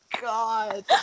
God